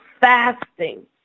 fasting